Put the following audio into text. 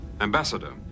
Ambassador